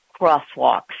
crosswalks